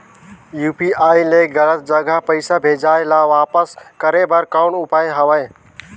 UPI ले गलत जगह पईसा भेजाय ल वापस करे बर कौन उपाय हवय?